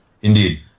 Indeed